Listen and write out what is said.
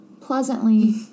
pleasantly